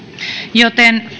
joten